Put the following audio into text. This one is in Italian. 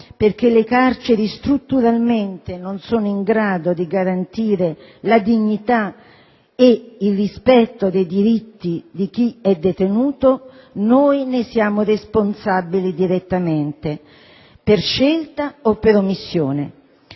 perché le carceri strutturalmente non sono in grado di garantire la dignità e il rispetto dei diritti di chi è detenuto, noi ne siamo responsabili direttamente, per scelta o per omissione,